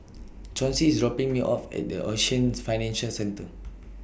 Chauncey IS dropping Me off At The Ocean Financial Centre